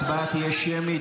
ההצבעה תהיה שמית,